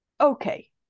Okay